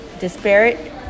disparate